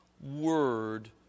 word